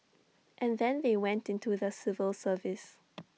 and then they went into the civil service